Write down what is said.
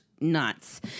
nuts